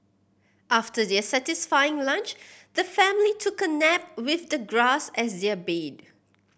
after their satisfying lunch the family took a nap with the grass as their bed